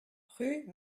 rue